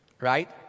right